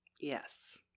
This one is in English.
yes